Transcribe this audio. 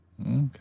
Okay